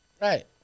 Right